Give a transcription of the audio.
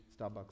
Starbucks